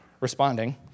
responding